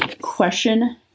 question